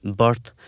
birth